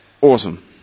awesome